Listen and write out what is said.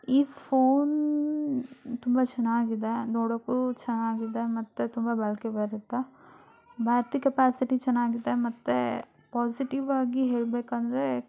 ಈ ಫೋನ್ ತುಂಬ ಚೆನ್ನಾಗಿದೆ ನೋಡೋಕ್ಕೂ ಚೆನ್ನಾಗಿದೆ ಮತ್ತು ತುಂಬ ಬಾಳಿಕೆ ಬರುತ್ತೆ ಬ್ಯಾಟ್ರಿ ಕೆಪ್ಯಾಸಿಟಿ ಚೆನ್ನಾಗಿದೆ ಮತ್ತು ಪಾಸಿಟಿವ್ ಆಗಿ ಹೇಳಬೇಕಂದ್ರೆ